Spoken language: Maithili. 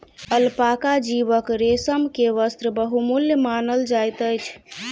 अलपाका जीवक रेशम के वस्त्र बहुमूल्य मानल जाइत अछि